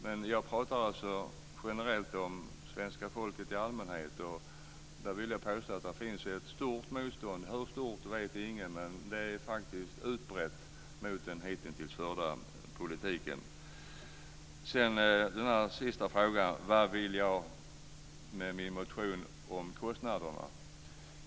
Men jag pratar alltså om svenska folket i allmänhet, och där vill jag påstå att det finns ett stort motstånd. Hur stort vet ingen, men det är faktiskt ett utbrett motstånd mot den hittills förda politiken. Så till den sista frågan: Vad vill jag med min motion om kostnaderna?